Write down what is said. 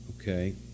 okay